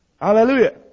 hallelujah